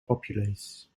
populace